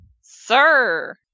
Sir